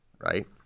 right